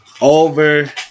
over